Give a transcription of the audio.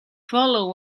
follow